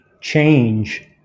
Change